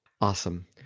Awesome